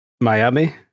Miami